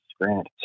grant